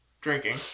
drinking